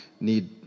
need